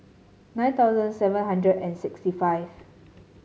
nine thousand seven hundred and sixty five